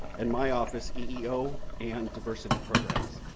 and my office eeo and diversity programs.